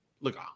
look